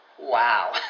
Wow